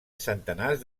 centenars